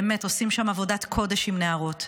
באמת עושים שם עבודת קודש עם נערות.